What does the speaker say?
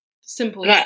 simple